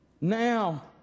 Now